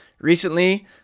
Recently